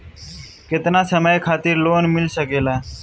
केतना समय खातिर लोन मिल सकेला?